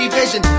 vision